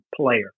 player